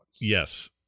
Yes